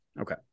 Okay